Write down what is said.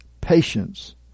patience